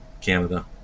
canada